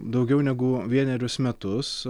daugiau negu vienerius metus